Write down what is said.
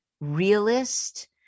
realist